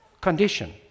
condition